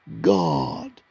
God